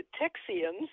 Texians